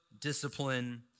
discipline